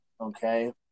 Okay